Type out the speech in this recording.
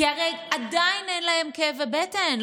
כי הרי עדיין אין להם כאבי בטן.